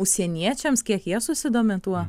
užsieniečiams kiek jie susidomi tuo